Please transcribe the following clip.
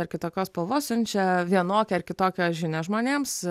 ar kitokios spalvos siunčia vienokią ar kitokią žinią žmonėms